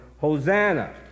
Hosanna